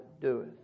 doeth